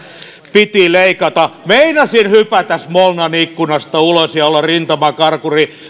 piti leikata meinasin hypätä smolnan ikkunasta ulos ja olla rintamakarkuri